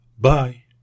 Bye